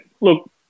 look